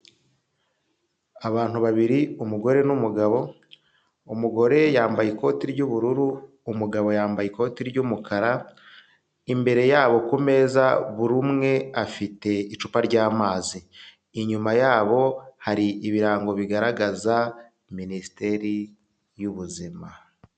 Abantu babiri umugore n'umugabo, umugore yambaye ikoti ry'ubururu, umugabo yambaye ikoti ry'umukara, imbere yabo ku meza buri umwe afite icupa ry'amazi, inyuma yabo hari ibirango bigaragaza Minisiteri y'ubuzima.